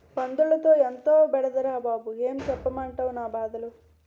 పందులతో ఎంతో బెడదరా బాబూ ఏం సెప్పమంటవ్ నా బాధలు